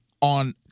on